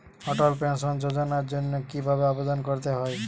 অটল pension যোজনার জন্য কি ভাবে আবেদন করতে হয়?